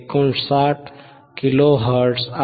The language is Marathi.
59 किलो हर्ट्झ 1